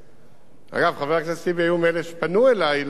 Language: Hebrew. חבר הכנסת טיבי היה מאלה שפנו אלי לבקר בטייבה,